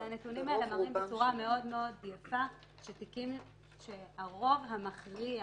הנתונים האלה מראים בצורה מאוד יפה שהרוב המכריע